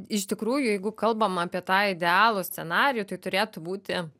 iš tikrųjų jeigu kalbam apie tą idealų scenarijų tai turėtų būti